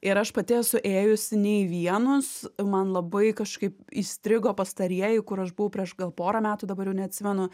ir aš pati esu ėjusi ne į vienus man labai kažkaip įstrigo pastarieji kur aš buvau prieš gal porą metų dabar jau neatsimenu